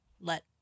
let